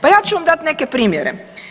Pa ja ću vam dati neke primjere.